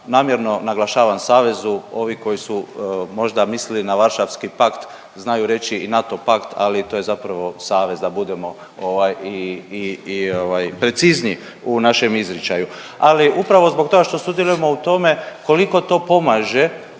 Namjerno naglašavam savezu, ovi koji su možda mislili na Varšavski pakt znaju reći i NATO pakt, ali to je zapravo savez da budemo, ovaj, i, i, i ovaj precizniji u našem izričaju. Ali upravo zbog toga što sudjelujemo u tome koliko to pomaže